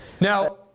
now